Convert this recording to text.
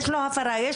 אם יש לו הפרה וכולי,